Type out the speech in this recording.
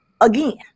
again